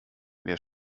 wer